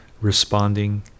responding